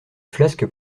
flasques